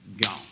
gone